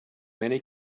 many